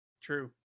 True